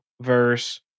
verse